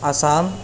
Assam